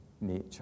nature